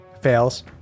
Fails